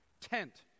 tent